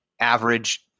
average